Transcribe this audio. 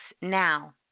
Now